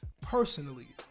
Personally